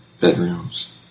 bedrooms